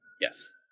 yes